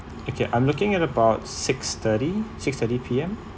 okay I'm looking at about six-thirty six-thirty P_M